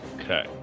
Okay